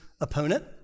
opponent